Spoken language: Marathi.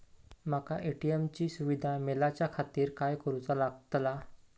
माका ए.टी.एम ची सुविधा मेलाच्याखातिर काय करूचा लागतला?